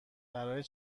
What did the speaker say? برای